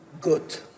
good